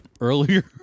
earlier